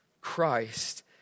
Christ